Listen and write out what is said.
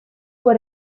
fue